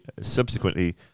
subsequently